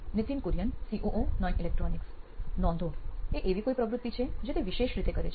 Nithin Kurian COO નોઇન electronics નોંધો એ એવી કોઈ પ્રવૃત્તિ છે જે તે વિશેષ રીતે કરે છે